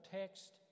text